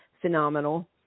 phenomenal